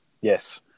Yes